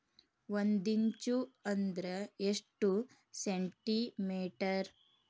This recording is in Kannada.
ಒಂದಿಂಚು ಅಂದ್ರ ಎಷ್ಟು ಸೆಂಟಿಮೇಟರ್?